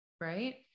right